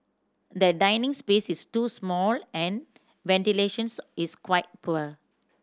the dining space is too small and ventilation is quite poor